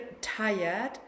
tired